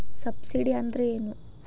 Subsidy ಅಂದ್ರೆ ಏನು?